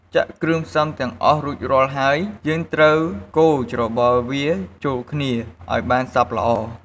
ចាក់គ្រឿងផ្សំទាំងអស់រួចរាល់ហើយ យើងត្រូវកូរច្របល់វាចូលគ្នាឲ្យបានសព្វល្អ។